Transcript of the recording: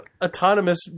autonomous